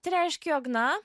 tai reiškia jog na